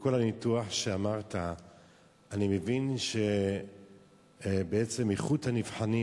מכל הניתוח שאמרת אני מבין שבעצם איכות הנבחנים